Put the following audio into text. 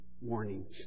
warnings